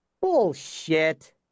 Bullshit